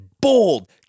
bold